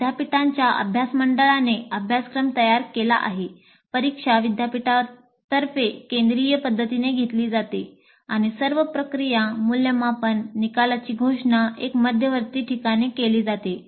विद्यापीठाच्या अभ्यास मंडळाने अभ्यासक्रम तयार केला आहे परीक्षा विद्यापीठातर्फे केंद्रीय पद्धतीने घेतली जाते आणि सर्व प्रक्रिया मूल्यमापन निकालाची घोषणा एका मध्यवर्ती ठिकाणी केली जाते